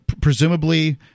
presumably